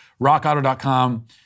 rockauto.com